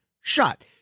shut